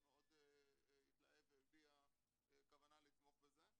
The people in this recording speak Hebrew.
מאוד התלהב והביע כוונה לתמוך בזה.